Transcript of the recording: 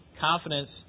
confidence